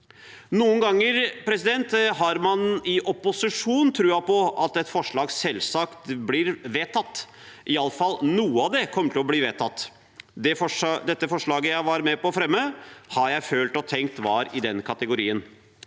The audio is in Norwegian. Noen ganger har man i opposisjon troen på at et forslag selvsagt blir vedtatt, iallfall at noe av det kommer til å bli vedtatt. Dette forslaget som jeg var med på å fremme, har jeg følt og tenkt var i den kategorien,